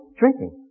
drinking